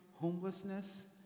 homelessness